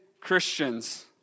Christians